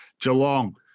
Geelong